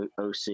OC